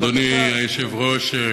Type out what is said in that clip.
אדוני היושב-ראש,